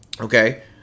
okay